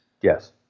Yes